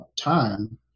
time